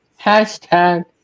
Hashtag